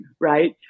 right